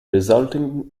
resulting